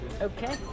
okay